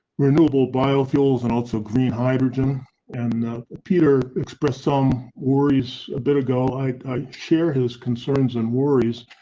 renewable biofilms, and also green hydrogen and peter expressed some worries a bit ago. i share his concerns and worries.